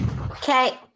Okay